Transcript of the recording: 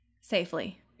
Safely